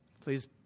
Please